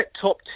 top